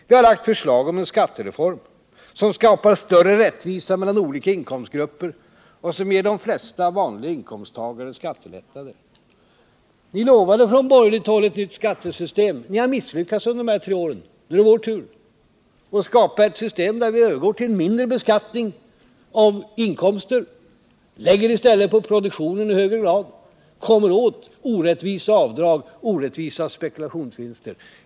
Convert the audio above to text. Vi har lagt fram förslag till en skattereform, som skapar större rättvisa mellan olika inkomstgrupper och som ger de flesta vanliga inkomsttagare skattelättnader. Ni lovade från borgerligt håll ett nytt skattesystem, men ni har misslyckats under de tre åren. Nu är det vår tur att skapa ett system där vi övergår till mindre beskattning av inkomsterna. Vi lägger i stället beskattningen på produktionen i högre grad, varigenom vi kommer åt orättvisa avdrag och orättvisa spekulationsvinster.